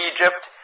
Egypt